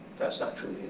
that's not true